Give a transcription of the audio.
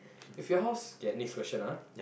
if your house okay next question ah